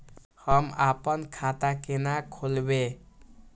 हम आपन खाता केना खोलेबे?